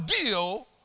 deal